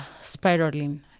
spiraling